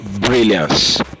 brilliance